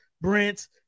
Brent